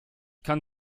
kann